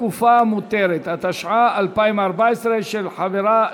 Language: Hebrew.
התשע"ד 2013. רבותי,